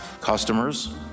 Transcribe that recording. customers